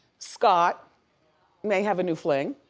scott may have a new fling.